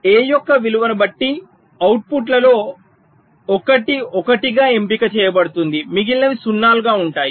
A యొక్క విలువను బట్టి అవుట్పుట్లలో ఒకటి ఒకటిగా ఎంపిక చేయబడుతుంది మిగిలినవి సున్నాలుగా ఉంటాయి